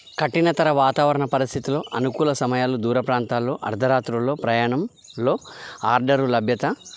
కఠినతర వాతావరణ పరిస్థితులు అనుకూల సమయాలు దూర ప్రాంతాల్లో అర్ధరాత్రుల్లో ప్రయాణంలో ఆర్డరు లభ్యత